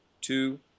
two